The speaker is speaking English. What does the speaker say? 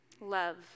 love